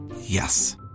Yes